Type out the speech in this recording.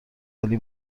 ولی